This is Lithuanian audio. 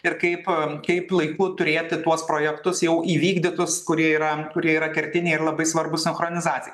ir kaip a kaip laiku turėti tuos projektus jau įvykdytus kurie yra kurie yra kertiniai ir labai svarbūs sinchronizacijai